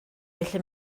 felly